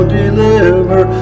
deliver